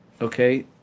okay